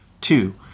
Two